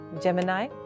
Gemini